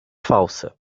falsa